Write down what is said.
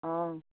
অঁ